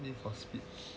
game for speech